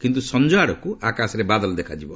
କିନ୍ତୁ ସଞ୍ଜ ଆଡ଼କୁ ଆକାଶରେ ବାଦଲ ଦେଖାଯିବ